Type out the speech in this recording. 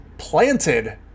planted